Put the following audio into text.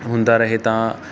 ਹੁੰਦਾ ਰਹੇ ਤਾਂ